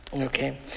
Okay